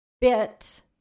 bit